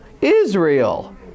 Israel